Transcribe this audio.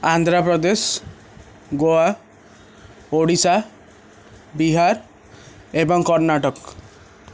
ଆନ୍ଧ୍ରପ୍ରଦେଶ ଗୋଆ ଓଡ଼ିଶା ବିହାର ଏବଂ କର୍ଣ୍ଣାଟକ